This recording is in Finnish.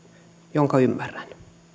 jonka ymmärrän